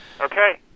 Okay